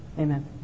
Amen